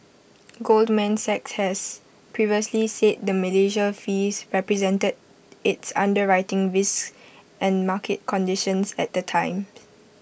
Goldman Sachs has previously said the Malaysia fees represented its underwriting risks and market conditions at the time